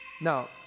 Now